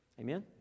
Amen